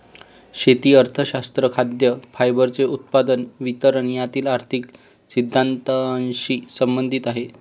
शेती अर्थशास्त्र खाद्य, फायबरचे उत्पादन, वितरण यातील आर्थिक सिद्धांतानशी संबंधित आहे